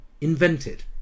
invented